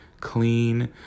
clean